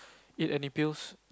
eat any pills